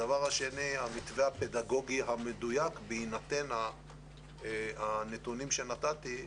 הדבר השני הוא המתווה הפדגוגי המדויק בהינתן הנתונים שנתתי.